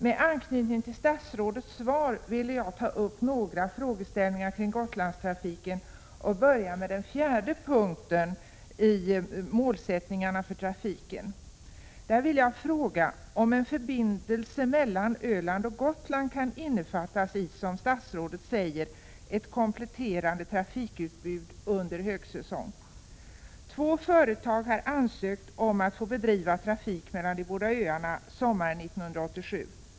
Med anknytning till statsrådets svar vill jag ta upp några frågeställningar kring Gotlandstrafiken och börja med den fjärde punkten i målsättningarna för trafiken. Där vill jag fråga om en förbindelse mellan Öland och Gotland kaninnefattas i, som statsrådet säger, ”ett kompletterande trafikutbud under högsäsong”? Två företag har ansökt om att få bedriva trafik mellan de båda öarna sommaren 1987.